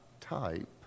type